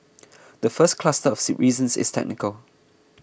the first cluster of reasons is technical